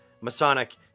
Masonic